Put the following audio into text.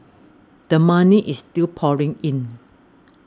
the money is still pouring in